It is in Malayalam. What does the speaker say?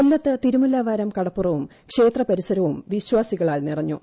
കൊല്ലത്ത് തിരുമുല്ലവാരം കടപ്പുറവും ക്ഷേത്ര പരിസരവും വിശ്വാസികളാൽ നിറഞ്ഞു